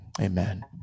Amen